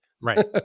right